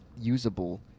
usable